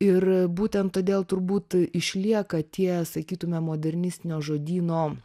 ir būten todėl turbūt išlieka tie sakytume modernistinio žodyno